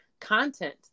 content